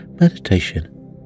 meditation